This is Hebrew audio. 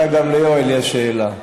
אולי גם ליואל יש שאלה.